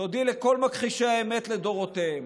תודי לכל מכחישי האמת לדורותיהם.